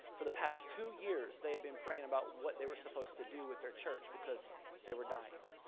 for the past two years, they had been praying about what they were supposed to do with their church because they were dying.